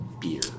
beer